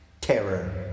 Terror